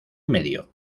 medio